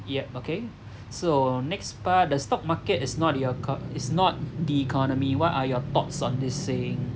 yup okay so next part the stock market is not your cup~ is not the economy what are your thoughts on this saying